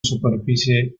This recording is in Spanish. superficie